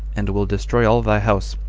and will destroy all thy house,